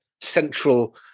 central